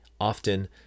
often